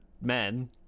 men